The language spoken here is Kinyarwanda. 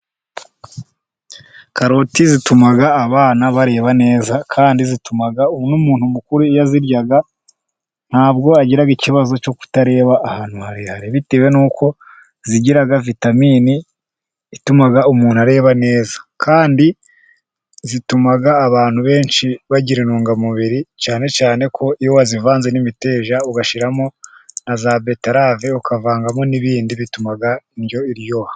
Karoti zituma abana bareba neza, kandi zituma n'umuntu mukuru iyo azirya ntabwo agira ikibazo cyo kutareba ahantu harehare, bitewe nuko zigira vitaminini ituma umuntu areba neza, kandi zituma abantu benshi bagira intungamubiri, cyane cyane ko iyo zivanze n'imiteja, ugashyiramo na za beterave ukavangamo n'ibindi bituma indyo iryoha.